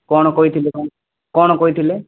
କ'ଣ କହିଥିଲେ କ'ଣ କହିଥିଲେ